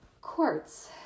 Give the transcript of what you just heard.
Quartz